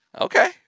Okay